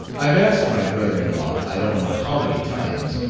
i've asked my brother-in-law, i don't know how many times,